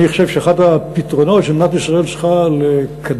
אני חושב שאחד הפתרונות שמדינת ישראל צריכה לקדם